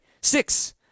six